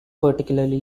particularly